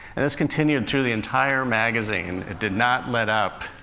and this continued through the entire magazine. it did not let up.